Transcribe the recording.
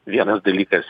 vienas dalykas